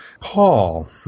Paul